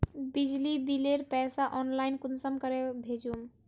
बिजली बिलेर पैसा ऑनलाइन कुंसम करे भेजुम?